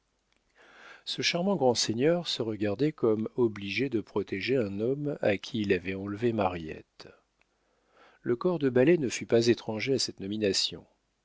ce charmant grand seigneur se regardait comme obligé de protéger un homme à qui il avait enlevé mariette le corps de ballet ne fut pas étranger à cette nomination